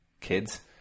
kids